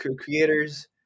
creators